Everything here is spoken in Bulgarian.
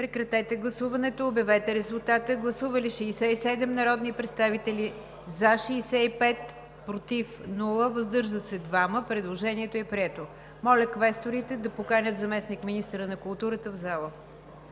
режим на гласуване за допуск в залата. Гласували 67 народни представители: за 65, против няма, въздържали се 2. Предложението е прието. Моля квесторите да поканят заместник-министъра на културата в залата.